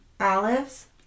Olives